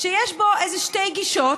שיש בו איזה שתי גישות